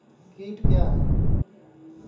कीट क्या है?